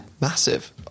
massive